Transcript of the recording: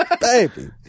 Baby